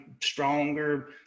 stronger